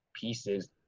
pieces